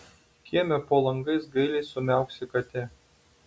kieme po langais gailiai sumiauksi katė